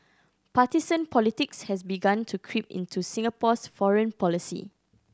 partisan politics has begun to creep into Singapore's foreign policy